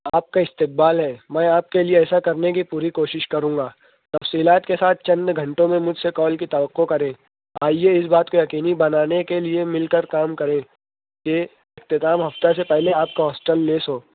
آپ کا استقبال ہے میں آپ کے لئے ایسا کرنے کی پوری کوشش کروں گا تفصیلات کے ساتھ چند گھنٹوں میں مجھ سے کال کی توقع کریں آئیے اس بات کو یقینی بنانے کے لئے مل کر کام کریں یہ اختتام ہفتہ سے پہلے آپ کا ہاسٹل لیس ہو